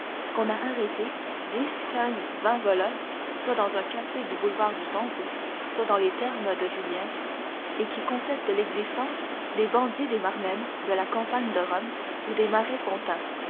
qu'on a arrêté dix quinze vingt voleurs soit dans un café du boulevard du temple soit dans les thermes de julien et qui contestent l'existence des bandits des maremmes de la campagne de rome ou des marais